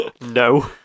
No